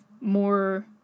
more